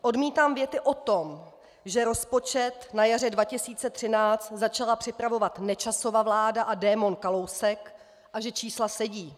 Odmítám věty o tom, že rozpočet na jaře 2013 začala připravovat Nečasova vláda a démon Kalousek a že čísla sedí.